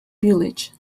village